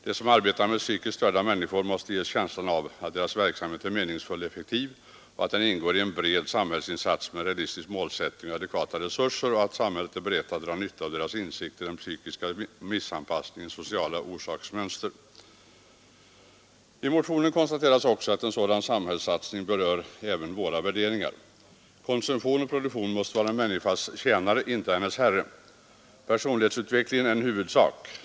De som arbetar med psykiskt störda människor måste ges känslan att deras verksamhet är meningsfull och effektiv, att den ingår i en bred samhällsinsats med realistisk målsättning och adekvata resurser och att samhället är berett att dra nytta av deras insikter i den psykiska missanpassningens sociala orsaksmönster.” I motionen konstateras också att en sådan samhällssatsning berör även våra värderingar. Konsumtion och produktion måste vara människans tjänare, inte hennes herre. Personlighetsutvecklingen är en huvudsak.